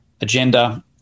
agenda